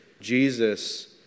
Jesus